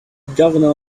governor